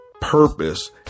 purpose